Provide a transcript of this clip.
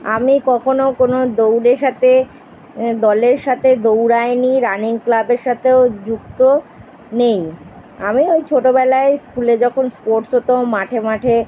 আমি কখনও কোনো দৌড়ে সাথে দলের সাথে দৌড়াইনি রানিং ক্লাবের সাথেও যুক্ত নেই আমি ওই ছোটোবেলায় স্কুলে যখন স্পোর্টস হতো মাঠে মাঠে